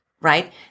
right